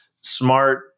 smart